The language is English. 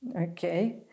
Okay